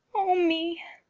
o me!